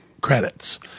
credits